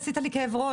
עשית לי כאב ראש.